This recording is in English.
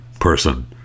person